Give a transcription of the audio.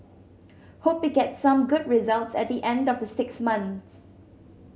hope it gets some good results at the end of the six months